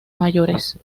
mayores